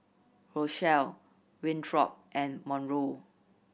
Rochelle Winthrop and Monroe